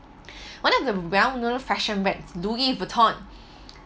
one of the well known fashion bags Louis Vuitton